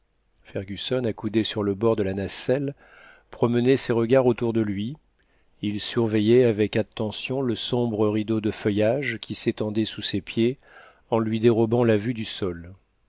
fergusson accoudé sur le bord de la nacelle promenait ses regards autour de lui il surveillait avec attention le sombre rideau de feuillage qui s'étendait sous ses pieds en lui dérobant la vue du sol